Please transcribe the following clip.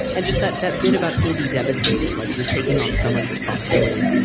and just that that bit about he'll be devastated. like you're taking on so much responsibility.